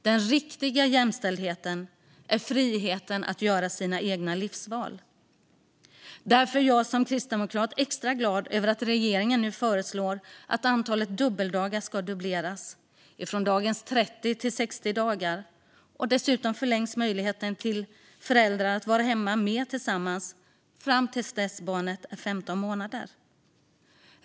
Den riktiga jämställdheten är friheten att göra sina egna livsval. Därför är jag som kristdemokrat extra glad över att regeringen nu föreslår att antalet dubbeldagar ska dubbleras, från dagens 30 till 60 dagar. Dessutom förlängs möjligheten för föräldrarna att vara hemma mer tillsammans fram till att barnet är 15 månader.